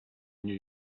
new